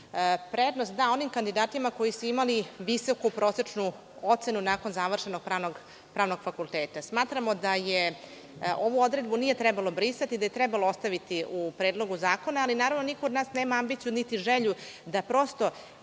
prednost da onim kandidatima koji su imali visoku prosečnu ocenu nakon završenog pravnog fakulteta. Smatramo da ovu odredbu nije trebalo brisati, da je trebalo ostaviti u Predlogu zakona, ali, naravno, niko od nas nema ambiciju niti želju da prosto